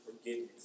forgiveness